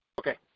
Okay